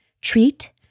treat